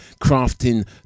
Crafting